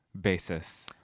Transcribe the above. basis